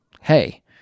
hey